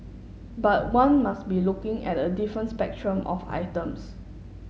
but one must be looking at a different spectrum of items